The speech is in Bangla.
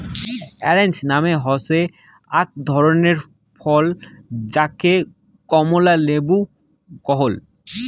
অরেঞ্জ মানে হসে আক ধরণের ফল যাকে কমলা লেবু কহু